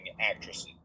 actresses